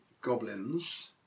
goblins